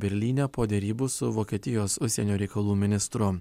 berlyne po derybų su vokietijos užsienio reikalų ministru